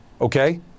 Okay